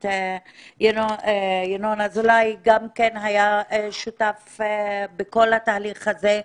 הכנסת ינון אזולאי גם היה שותף בכל התהליך הזה,